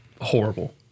horrible